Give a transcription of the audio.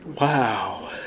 Wow